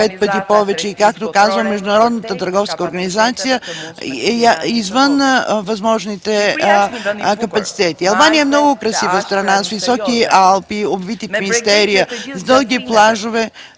35 пъти повече, и както казва Международната търговска организация – отвъд възможните капацитети. Албания е много красива страна, с високите Алпи, обвити в мистерия, с дългите плажове,